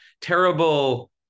Terrible